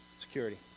Security